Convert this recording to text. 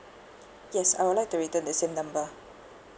yes I would like to retain the same number